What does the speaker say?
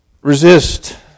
resist